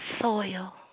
soil